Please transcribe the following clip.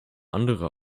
andere